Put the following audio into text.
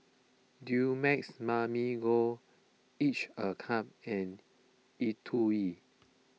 Dumex Mamil Gold Each A Cup and E twow